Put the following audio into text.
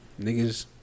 Niggas